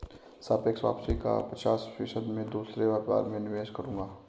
सापेक्ष वापसी का पचास फीसद मैं दूसरे व्यापार में निवेश करूंगा